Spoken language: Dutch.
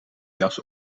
jas